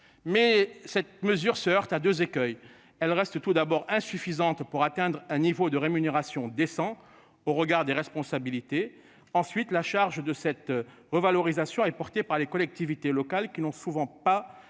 Mais cette mesure se heurte à 2 écueils. Elle reste tout d'abord insuffisante pour atteindre un niveau de rémunération descend au regard des responsabilités ensuite la charge de cette revalorisation est porté par les collectivités locales qui n'ont souvent pas